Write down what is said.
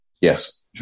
Yes